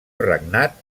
regnat